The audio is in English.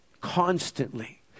constantly